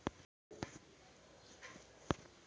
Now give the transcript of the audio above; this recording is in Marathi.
पैसे पाठवासाठी आर.टी.जी.एस करन हेच सोप रायते का?